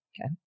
okay